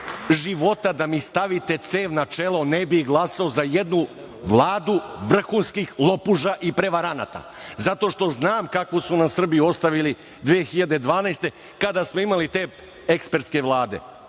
života, da mi stavite cev na čelo ne bih glasao za jednu vladu vrhunskih lopuža i prevaranata zato što znam kakvu su nam Srbiju ostavili 2012. godine kada smo imali te ekspertske